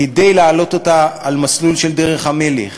כדי להעלות אותה על מסלול של דרך המלך